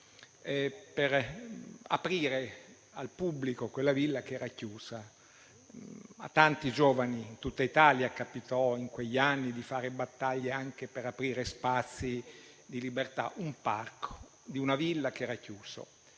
per aprire al pubblico quella villa che era chiusa. A tanti giovani in tutta Italia capitò in quegli anni di fare battaglie anche per aprire spazi di libertà, come il parco di una villa che era chiuso.